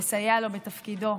לסייע לו בתפקידו,